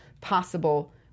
possible